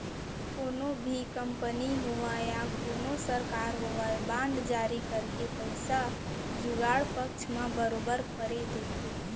कोनो भी कंपनी होवय या कोनो सरकार होवय बांड जारी करके पइसा जुगाड़े पक्छ म बरोबर बरे थे